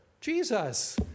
Jesus